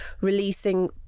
releasing